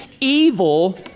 evil